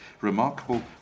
remarkable